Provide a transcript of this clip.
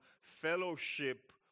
fellowship